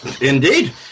indeed